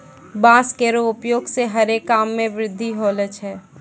बांस केरो उपयोग सें हरे काम मे वृद्धि होलो छै